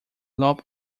lop